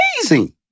amazing